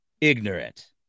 ignorant